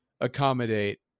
accommodate